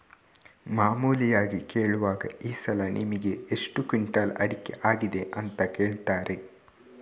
ಮಾಮೂಲಿಯಾಗಿ ಕೇಳುವಾಗ ಈ ಸಲ ನಿಮಿಗೆ ಎಷ್ಟು ಕ್ವಿಂಟಾಲ್ ಅಡಿಕೆ ಆಗಿದೆ ಅಂತ ಕೇಳ್ತಾರೆ